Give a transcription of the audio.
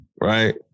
right